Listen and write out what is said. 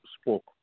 spoke